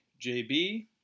JB